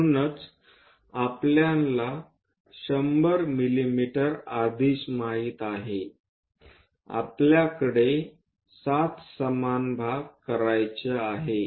म्हणून आपल्याला 100 मिमी आधीच माहित आहे आपल्याकडे 7 समान भाग करायचे आहेत